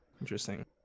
interesting